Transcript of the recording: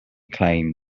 claim